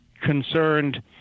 concerned